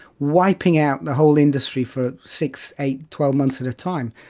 wiping out the whole industry for six, eight, twelve months at a time.